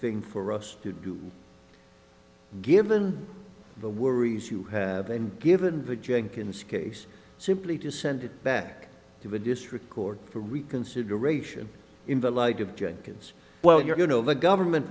thing for us to do given the worries you have given the jenkins case simply to send it back to the district court for reconsideration in the light of jenkins well you're going to have the government